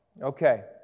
Okay